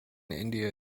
india